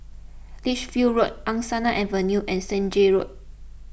Lichfield Road Angsana Avenue and Senja Road